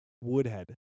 woodhead